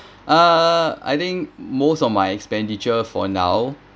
uh I think most of my expenditure for now